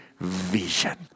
vision